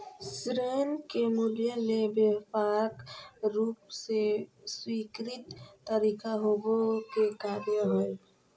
ऋण के मूल्य ले व्यापक रूप से स्वीकृत तरीका होबो के कार्य हइ